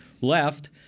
left